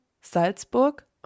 Salzburg